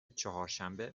چهارشنبه